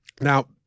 Now